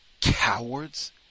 cowards